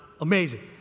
amazing